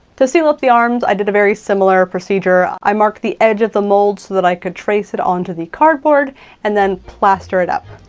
to seal up the arms, i did a very similar procedure. i marked the edge of the mold so that i could trace it onto the cardboard and then plaster it up.